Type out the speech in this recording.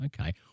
Okay